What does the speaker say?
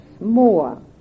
more